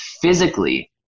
physically